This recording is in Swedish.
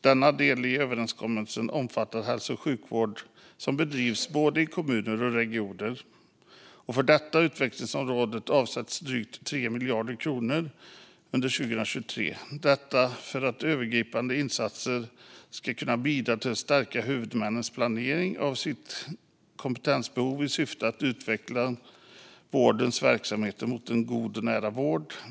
Denna del av överenskommelsen omfattar hälso och sjukvård som bedrivs i både kommuner och regioner, och för detta utvecklingsområde avsätts drygt 3 miljarder kronor under 2023 som ska gå till övergripande insatser som ska bidra till att stärka huvudmännens planering av sitt kompetensbehov i syfte att utveckla vårdens verksamheter för en god och nära vård.